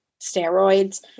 steroids